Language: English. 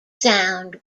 sound